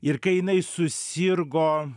ir kai jinai susirgo